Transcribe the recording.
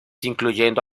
incluyendo